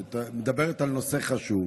היא מדברת על נושא חשוב.